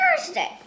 Thursday